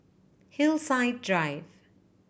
Hillside Drive